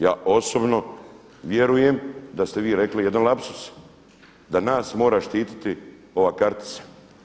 Ja osobno vjerujem da ste vi rekli jedan lapsus, da nas mora štiti ova kartica.